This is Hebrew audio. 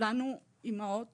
כולנו אימהות